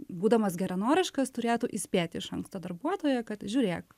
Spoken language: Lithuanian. būdamas geranoriškas turėtų įspėti iš anksto darbuotoją kad žiūrėk